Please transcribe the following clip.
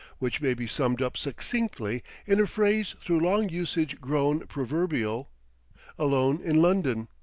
which may be summed up succinctly in a phrase through long usage grown proverbial alone in london.